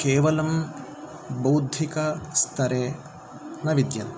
केवलं बौद्धिकस्तरे न विद्यते